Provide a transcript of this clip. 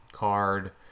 Card